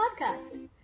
Podcast